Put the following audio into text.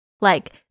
like-